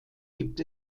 gibt